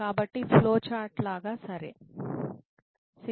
కాబట్టి flow chart లాగా సరే